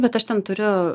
bet aš ten turiu